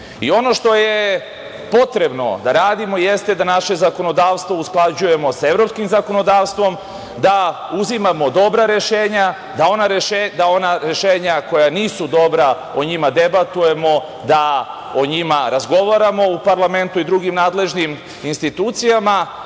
i ono što je potrebno da radimo, jeste da naše zakonodavstvo usklađujemo sa evropskim zakonodavstvom, da uzimamo dobra rešenja, da ona rešenja koja nisu dobra o njima debatujemo, da o njima razgovaramo u parlamentu i drugim nadležnim institucijama,